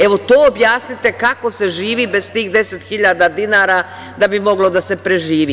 Evo, to objasnite kako se živi bez tih 10.000 dinara da bi moglo da se preživi.